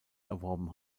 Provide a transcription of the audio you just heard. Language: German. erworben